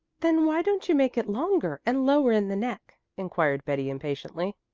then why don't you make it longer, and lower in the neck? inquired betty impatiently.